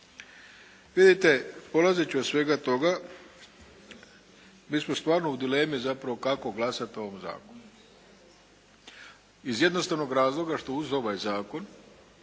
Vidite polazeći od svega toga mi smo stvarno u dilemi zapravo kako glasati o ovom zakonu iz jednostavnog razloga što uz ovaj zakon